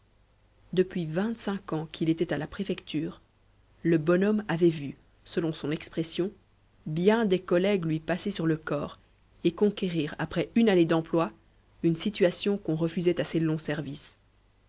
depuis vingt-cinq ans qu'il était à la préfecture le bonhomme avait vu selon son expression bien des collègues lui passer sur le corps et conquérir après une année d'emploi une situation qu'on refusait à ses longs services